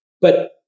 But-